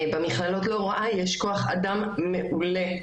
במכללות להוראה יש כוח אדם מעולה,